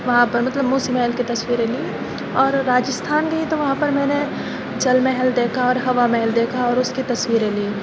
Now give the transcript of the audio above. وہاں پر مطلب موسی محل کی تصویریں لی اور راجستھان گئی تو وہاں پر میں نے جل محل دیکھا اور ہوا محل دیکھا اور اس کی تصویریں لیں